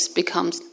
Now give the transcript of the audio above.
becomes